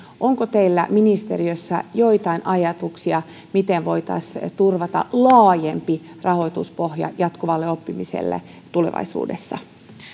onko teillä ministeriössä joitain ajatuksia miten voitaisiin turvata laajempi rahoituspohja jatkuvalle oppimiselle tulevaisuudessa